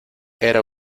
era